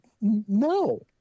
no